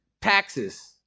taxes